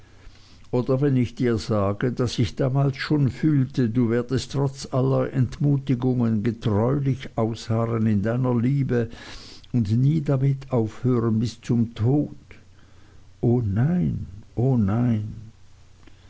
oder wenn ich dir sage daß ich damals schon fühlte du werdest trotz aller entmutigungen getreulich ausharren in deiner liebe und nie damit aufhören bis zum tod o nein o nein